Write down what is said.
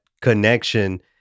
connection